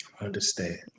Understand